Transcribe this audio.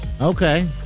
Okay